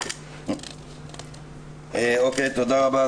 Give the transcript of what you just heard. תודה רבה,